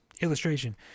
Illustration